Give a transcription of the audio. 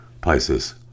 Pisces